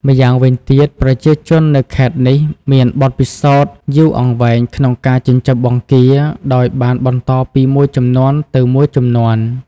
ម្យ៉ាងវិញទៀត ប្រជាជននៅខេត្តនេះមានបទពិសោធន៍យូរអង្វែងក្នុងការចិញ្ចឹមបង្គា ដោយបានបន្តពីមួយជំនាន់ទៅមួយជំនាន់។